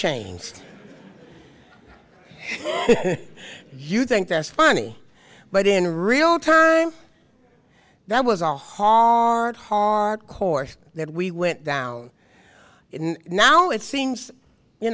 changed you think that's funny but in real terms that was a haunt hard course that we went down in now it seems you